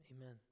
Amen